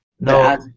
No